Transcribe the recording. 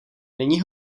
není